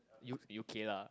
U U_K lah